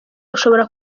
ushobora